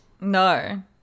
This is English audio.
no